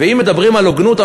ואם מדברים על הוגנות,